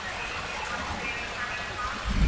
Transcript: ah anything you want to say as parting thoughts?